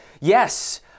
yes